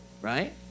Right